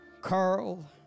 Carl